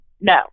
no